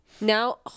now